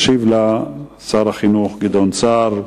ישיב לה שר החינוך גדעון סער.